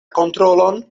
kontrolon